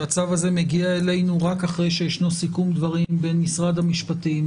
שהצו הזה מגיע אלינו רק אחרי שיש סיכום דברים בין משרד המשפטים,